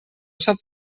sap